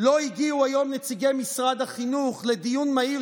לא הגיעו היום נציגי משרד החינוך לדיון מהיר